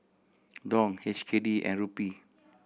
Dong H K D and Rupee